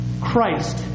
Christ